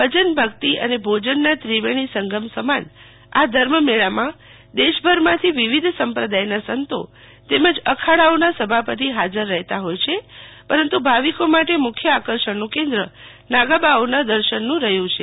ભજન ભક્તિ અને ભોજનના ત્રિવેણી સંગમ સમાન આ ધર્મ મેળામાં દેશભરમાંથી વિવિધ સંપ્રદાયના સંતો તેમજ અખાડાઓના સભાપતિબહાજર રહેતા હોય છે પરંતુ ભાવિકો માટે મુખ્ય આકર્ષણનું કેન્દ્ર નાગાબાવાઓના દર્શન નું રહ્યું છે